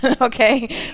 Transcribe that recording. Okay